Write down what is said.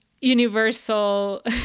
universal